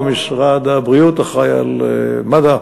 ומשרד הבריאות אחראי למד"א.